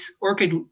orchid